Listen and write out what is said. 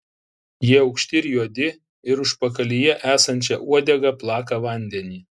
jie aukšti ir juodi ir užpakalyje esančia uodega plaka vandenį